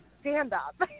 stand-up